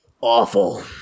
awful